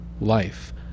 life